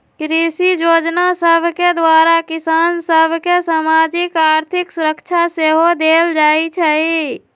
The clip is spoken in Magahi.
कृषि जोजना सभके द्वारा किसान सभ के सामाजिक, आर्थिक सुरक्षा सेहो देल जाइ छइ